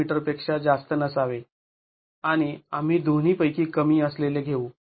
२ metre पेक्षा जास्त नसावे आणि आम्ही दोन्ही पैकी कमी असलेले घेऊ